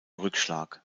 rückschlag